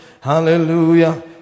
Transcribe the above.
Hallelujah